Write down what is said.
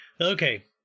Okay